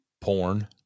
porn